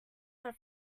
her